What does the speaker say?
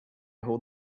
hold